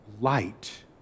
light